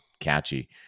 catchy